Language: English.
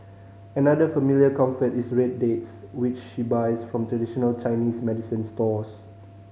another familiar comfort is red dates which she buys from traditional Chinese medicine stores